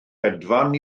hedfan